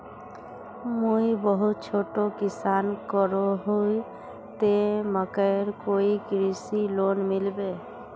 मुई बहुत छोटो किसान करोही ते मकईर कोई कृषि लोन मिलबे?